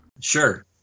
Sure